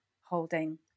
holding